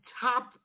top